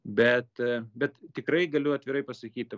bet bet tikrai galiu atvirai pasakyti